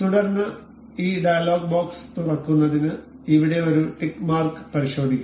തുടർന്ന് ഈ dialog box തുറക്കുന്നതിന് ഇവിടെ ഒരു ടിക്ക് മാർക്ക് പരിശോധിക്കാം